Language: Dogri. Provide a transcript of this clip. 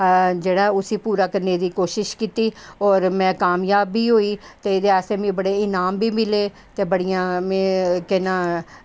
जेह्ड़ा उसी पूरा करने दी कोशिश कीती होर में कामजाब बी होई ओह्दे आस्तै मिगी बड़े ईनाम बी मिले ते बड़ियां केह् नां